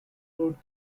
road